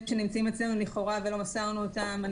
שנמצאים אצלנו לכאורה ולא מסרנו אותם.